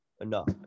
enough